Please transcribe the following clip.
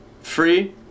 free